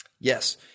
Yes